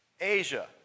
Asia